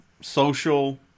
social